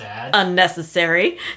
unnecessary